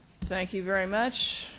thank you very much.